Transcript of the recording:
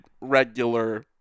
regular